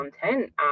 content